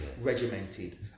regimented